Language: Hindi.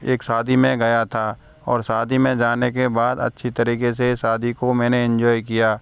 एक शादी में गया था और शादी में जाने के बाद अच्छी तरीके से शादी को मैंने एंजॉय किया